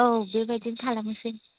औ बेबायदि खालामनोसै